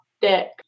dick